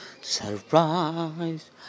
Surprise